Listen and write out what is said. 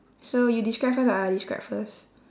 so you describe first or I describe first